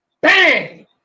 Bang